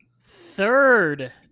third